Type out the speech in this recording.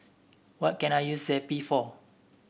what can I use Zappy for